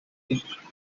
grief